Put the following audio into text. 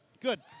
good